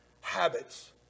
habits